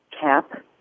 cap